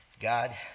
God